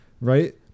right